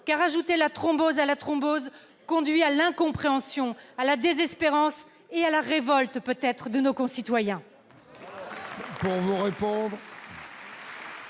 car ajouter la thrombose à la thrombose conduit à l'incompréhension, à la désespérance et peut-être à la révolte de nos concitoyens